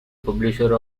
publisher